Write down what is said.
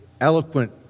eloquent